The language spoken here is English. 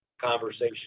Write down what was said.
conversation